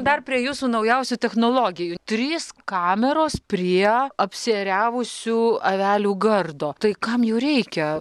dar prie jūsų naujausių technologijų trys kameros prie apsiėriavusių avelių gardo tai kam jų reikia